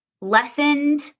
lessened